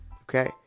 Okay